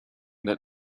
that